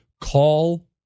call